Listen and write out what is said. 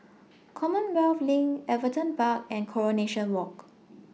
Commonwealth LINK Everton Park and Coronation Walk